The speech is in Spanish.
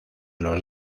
los